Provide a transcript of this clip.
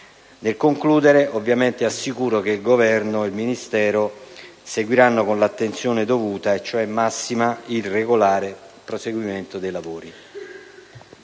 Nel concludere, assicuro che il Governo e il Ministero seguiranno con l'attenzione dovuta, cioè massima, il regolare prosieguo dei lavori.